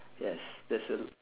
yes there's a